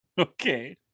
Okay